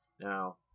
Now